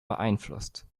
beeinflusst